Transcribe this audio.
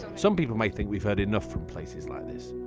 some people might think we've heard enough from places like this.